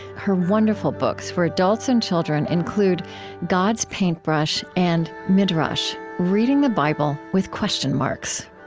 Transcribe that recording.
her wonderful books for adults and children include god's paintbrush and midrash reading the bible with question marks